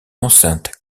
enceinte